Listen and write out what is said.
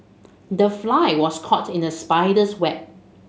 the fly was caught in the spider's web